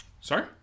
Sorry